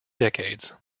decades